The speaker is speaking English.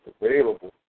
available